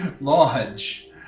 lodge